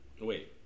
Wait